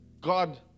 God